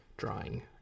Drawing